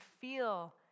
feel